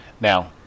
Now